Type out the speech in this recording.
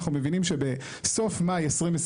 אנחנו מבינים שבסוף מאי 2023,